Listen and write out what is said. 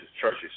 Churches